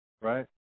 right